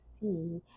see